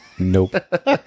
Nope